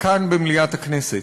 כאן במליאת הכנסת,